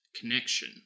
connection